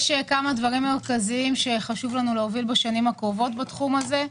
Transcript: יש כמה דברים מרכזיים שחשוב לנו להוביל בשנים הקרובות בתחום הזה.